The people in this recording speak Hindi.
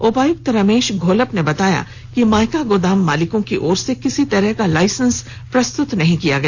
उपायुक्त रमेश घोलप ने बताया कि मायका गोदाम मालिकों की ओर से किसी तरह का लाइसेंस प्रस्तुत नहीं किया गया